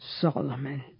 Solomon